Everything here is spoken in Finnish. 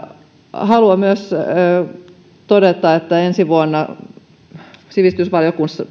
haluan myös todeta että sivistysvaliokunnassa